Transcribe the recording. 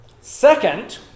Second